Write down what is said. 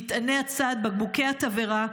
מטעני הצד ובקבוקי התבערה,